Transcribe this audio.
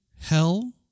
hell